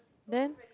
then